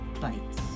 bites